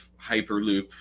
hyperloop